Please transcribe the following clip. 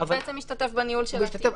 הוא משתתף בניהול של התיק.